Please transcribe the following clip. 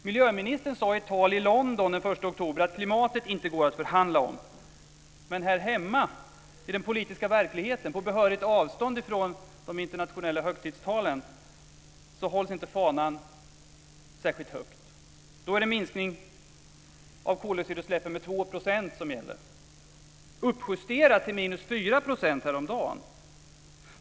Miljöministern sade i ett tal i London den 1 oktober att klimatet inte går att förhandla om, men här hemma i den politiska verkligheten på behörigt avstånd från de internationella högtidstalen hålls inte fanan särskilt högt. Då är det en minskning av koldioxidutsläppen med 2 % som gäller. Det uppjusterades till en minskning på 4 % häromdagen.